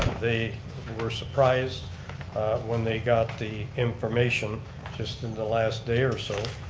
they were surprised when they got the information just in the last day or so,